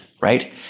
right